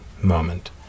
moment